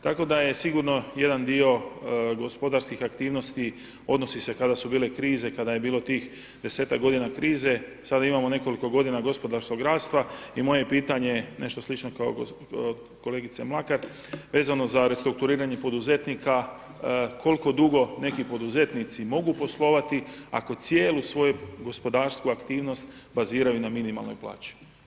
Tako da je sigurno jedan dio gospodarskih aktivnosti odnosi se kada su bile krize, kada je bilo tih desetak godina krize, sada imamo nekoliko godina gospodarskog rasta i moje je pitanje nešto slično kao kolegice Mlakar, vezano za restrukturiranje poduzetnika koliko dugo neki poduzetnici mogu poslovati ako cijelo svoje gospodarstvo, aktivnost baziraju na minimalnoj plaći.